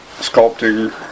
sculpting